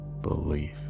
belief